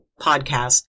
podcast